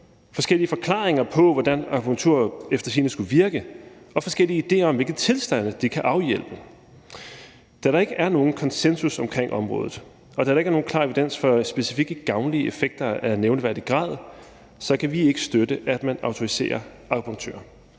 forskellige forklaringer på, hvordan akupunktur efter sigende skulle virke, og med forskellige idéer om, hvilke tilstande det kan afhjælpe. Da der ikke er nogen konsensus omkring området, og da der ikke er nogen klar evidens for specifikke gavnlige effekter af nævneværdig grad, så kan vi ikke støtte, at man autoriserer akupunktører.